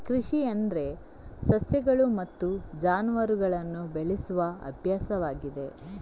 ಕೃಷಿ ಎಂದರೆ ಸಸ್ಯಗಳು ಮತ್ತು ಜಾನುವಾರುಗಳನ್ನು ಬೆಳೆಸುವ ಅಭ್ಯಾಸವಾಗಿದೆ